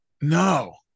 No